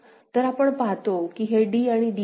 तर आपण पाहतो की हे d आणि d आहे